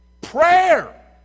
Prayer